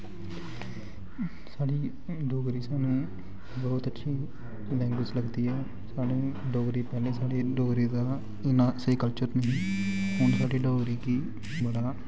साढ़ी डोगरी सानूं बौह्त अच्छी लैंग्वेज़ लगदी ऐ सानूं डोगरी बोलनी सानूं डोगरी दा इन्ना स्हेई कल्चर हून साढ़ी डोगरी दी बड़ा